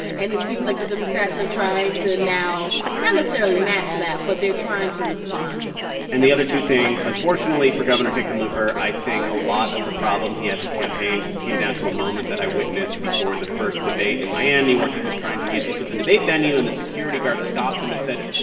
and it seems like the democrats are trying to now not necessarily match that, but they're trying to respond to that and the other two things unfortunately for governor hickenlooper, i think a lot of the problem he had this campaign came down to a moment that i witnessed before the first debate in miami, where he was trying to get into the debate venue, and the security guard stopped him and said,